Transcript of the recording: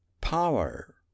Power